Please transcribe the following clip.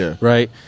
right